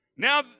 Now